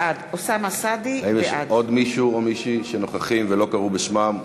בעד האם יש עוד מישהו או מישהי שנוכחים ולא קראו בשמם?